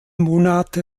monate